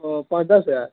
او پانچ دس ہزار